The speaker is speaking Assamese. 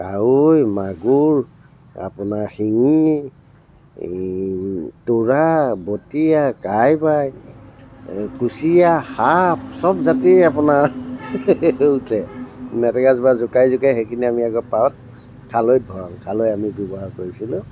কাৱৈ মাগুৰ আপোনাৰ চেঙেলী টুৰা বটিয়া কাইবাই কুচিয়া সাপ চবজাতেই আপোনাৰ উঠে মেটেকাজোপা জোকাৰি জোকাৰি সেইখিনি আমি আকৌ পাৰত খালৈত ভৰাওঁ খালৈ আমি ব্যৱহাৰ কৰিছিলোঁ